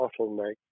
bottleneck